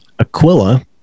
Aquila